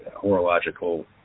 horological